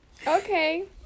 Okay